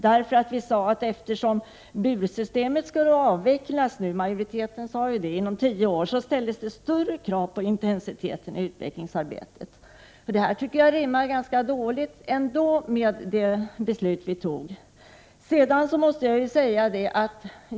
Utskottsmajoriteten sade då att avvecklingen av 15 december 1988 burhönssystemet inom tio år ställde större krav på intensitet i utvecklingsar Sr betet. Detta svar rimmar ganska illa med det beslut riksdagen fattade.